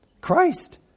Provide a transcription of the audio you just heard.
Christ